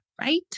right